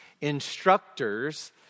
instructors